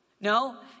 No